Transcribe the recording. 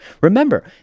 Remember